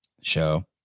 show